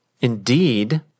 Indeed